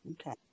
okay